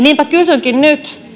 niinpä kysynkin nyt